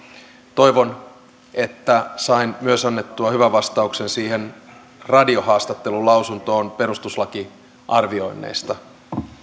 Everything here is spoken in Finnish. toivon että sain myös annettua hyvän vastauksen siihen radiohaastattelulausuntoon perustuslakiarvioinneista